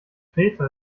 kreta